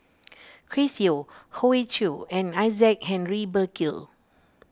Chris Yeo Hoey Choo and Isaac Henry Burkill